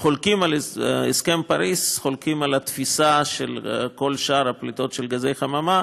החולקים על הסכם פריז חולקים על התפיסה של כל שאר הפליטות של גזי חממה,